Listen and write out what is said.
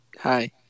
Hi